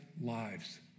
lives